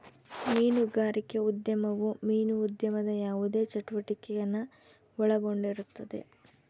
ಮೀನುಗಾರಿಕೆ ಉದ್ಯಮವು ಮೀನು ಉದ್ಯಮದ ಯಾವುದೇ ಚಟುವಟಿಕೆನ ಒಳಗೊಂಡಿರುತ್ತದೆ